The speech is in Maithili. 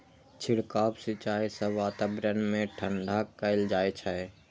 छिड़काव सिंचाइ सं वातावरण कें ठंढा कैल जाइ छै